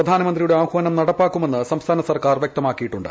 പ്രധാനമന്ത്രിയുടെ ആഹ്വാനം നടപ്പാക്കുമെന്ന് സംസ്ഥാന സർക്കാർ വ്യക്തമാക്കിയിട്ടുണ്ട്